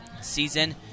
season